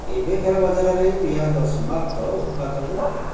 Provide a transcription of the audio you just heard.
ଏବେକାର ବଜାରରେ ମିଆଦ ସମାପ୍ତ ଉତ୍ପାଦ ଗୁଡିକ